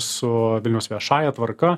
su vilniaus viešąja tvarka